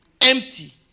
empty